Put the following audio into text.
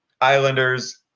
Islanders